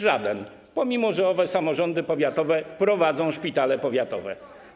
Żaden, mimo że owe samorządy powiatowe prowadzą szpitale powiatowe.